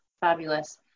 Fabulous